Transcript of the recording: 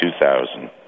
2000